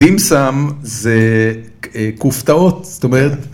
‫דים-סאם זה כופתאות, זאת אומרת...